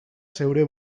zeure